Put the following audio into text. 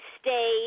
stay